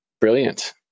brilliant